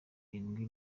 irindwi